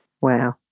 Wow